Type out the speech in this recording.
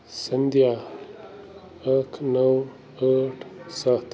سنٛدِیا اکھ نَو ٲٹھ سَتھ